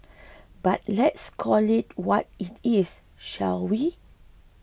but let's call it what it is shall we